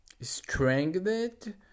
strengthened